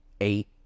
eight